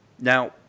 Now